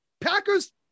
Packers